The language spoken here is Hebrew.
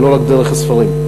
ולא רק דרך הספרים.